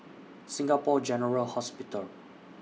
Singapore General Hospital